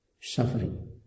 suffering